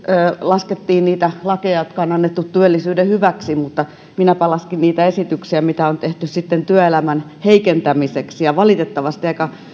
laskettiin niitä lakeja jotka on annettu työllisyyden hyväksi mutta minäpä laskin niitä esityksiä mitä on tehty sitten työelämän heikentämiseksi ja valitettavasti aika